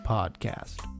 podcast